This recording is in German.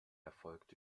erfolgt